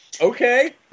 Okay